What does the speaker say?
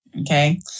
okay